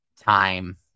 time